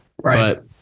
Right